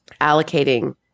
allocating